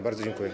Bardzo dziękuję.